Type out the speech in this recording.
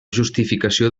justificació